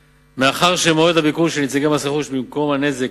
מאחר שמועד הביקור של נציגי מס רכוש במקום הנזק